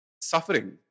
suffering